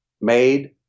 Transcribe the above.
Made